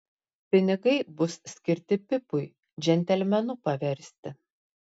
pinigai bus skirti pipui džentelmenu paversti